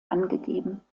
angegeben